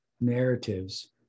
narratives